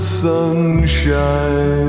sunshine